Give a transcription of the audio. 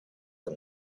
him